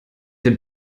den